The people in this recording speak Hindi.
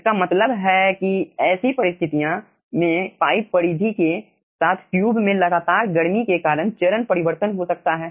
इसका मतलब है कि ऐसी परिस्थितियां में पाइप परिधि के साथ ट्यूब में लगातार गर्मी के कारण चरण परिवर्तन हो सकता हैं